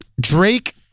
Drake